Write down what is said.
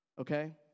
okay